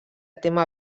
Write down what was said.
tema